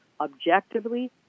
objectively